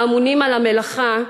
האמונים על המלאכה,